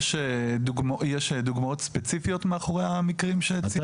האם יש דוגמאות ספציפיות מאחורי המקרים שציינת?